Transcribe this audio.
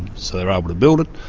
so they're able to build it,